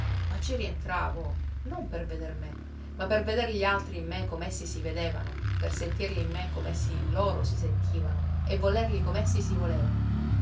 ma ci rientravo non per veder me ma per veder gli altri in me com'essi si vedevano per sentirli in me com'essi in loro si sentivano e volerli com'essi si volevano